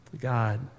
God